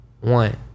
One